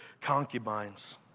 concubines